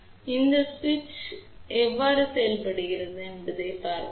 எனவே இந்த குறிப்பிட்ட சுவிட்ச் எவ்வாறு செயல்படுகிறது என்பதைப் பார்ப்போம்